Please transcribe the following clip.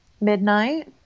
midnight